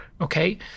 Okay